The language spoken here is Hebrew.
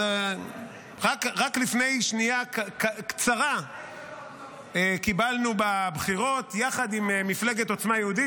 רק לפני שנייה קצרה קיבלנו בבחירות יחד עם מפלגת עוצמה יהודית,